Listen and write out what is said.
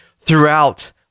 throughout